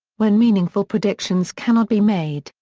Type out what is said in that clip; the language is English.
when meaningful predictions cannot be made,